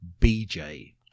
BJ